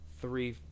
three